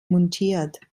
montiert